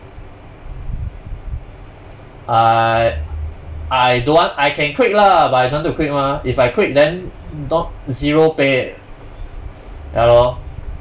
I I don't want I can quit lah but I don't want to quit mah if I quit then not zero pay eh ya lor